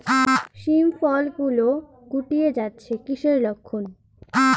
শিম ফল গুলো গুটিয়ে যাচ্ছে কিসের লক্ষন?